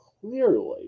clearly